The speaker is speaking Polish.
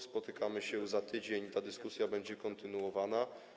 Spotykamy się za tydzień, ta dyskusja będzie kontynuowana.